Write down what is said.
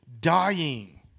dying